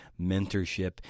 mentorship